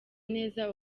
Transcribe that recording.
neza